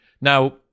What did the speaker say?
now